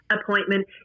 appointment